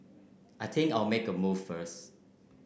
I think I'll make a move first